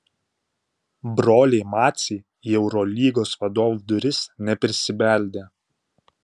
broliai maciai į eurolygos vadovų duris neprisibeldė